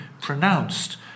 pronounced